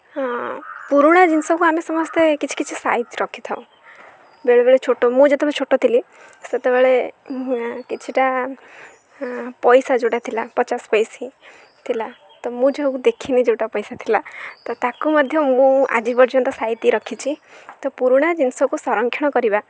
ହଁ ପୁରୁଣା ଜିନିଷକୁ ଆମେ ସମସ୍ତେ କିଛି କିଛି ସାଇତି ରଖିଥାଉ ବେଳେବେଳେ ଛୋଟ ମୁଁ ଯେତେବେଳେ ଛୋଟ ଥିଲି ସେତେବେଳେ କିଛିଟା ପଇସା ଯେଉଁଟା ଥିଲା ପଚାଶ ପଇଶି ଥିଲା ତ ମୁଁ ଯୋଉ କୁ ଦେଖିନି ଯେଉଁଟା ପଇସା ଥିଲା ତ ତାକୁ ମଧ୍ୟ ମୁଁ ଆଜି ପର୍ଯ୍ୟନ୍ତ ସାଇତି ରଖିଛି ତ ପୁରୁଣା ଜିନିଷକୁ ସଂରକ୍ଷଣ କରିବା